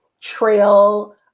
trail